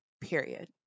period